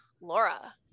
Laura